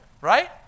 Right